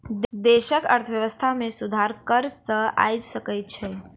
देशक अर्थव्यवस्था में सुधार कर सॅ आइब सकै छै